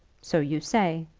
so you say,